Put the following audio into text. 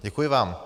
Děkuji vám.